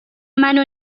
منو